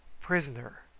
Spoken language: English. prisoner